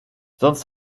sonst